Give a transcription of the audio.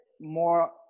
more